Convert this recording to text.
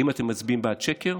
אם אתם מצביעים בעד שקר,